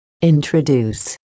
introduce